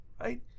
right